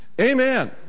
Amen